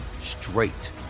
straight